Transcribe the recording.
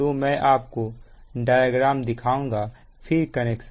तो मैं आपको डायग्राम दिखाऊंगा फिर कनेक्शन